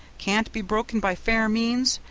can't be broken by fair means,